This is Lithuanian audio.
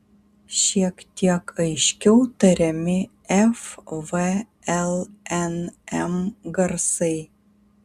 šiek tiek aiškiau tariami f v l n m garsai